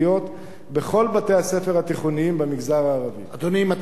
בכל בתי-הספר התיכוניים במגזר הערבי.